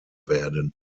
werden